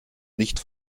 nicht